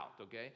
Okay